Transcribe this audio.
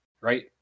right